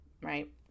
right